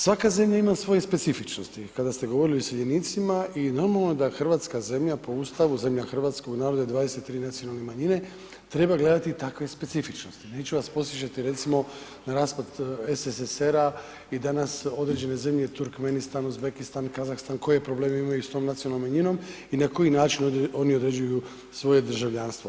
Svaka zemlja ima svoje specifičnosti, kada ste govorili o iseljenicima i normalno da hrvatska zemlja po Ustavu, zemlja Hrvatska u naredne 23 nacionalne manjine treba gledati takve specifičnosti, neću vas podsjećati recimo na raspad SSSR-a i danas određene zemlje Turkmenistan, Uzbekistan, Kazahstan koje probleme imaju s tom nacionalnom manjinom i na koji način oni određuju svoje državljanstvo.